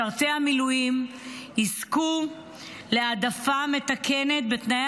משרתי המילואים יזכו להעדפה מתקנת בתנאי